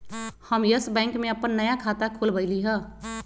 हम Yes Bank में अप्पन नया खाता खोलबईलि ह